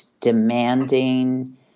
demanding